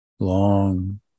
long